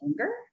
anger